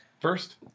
first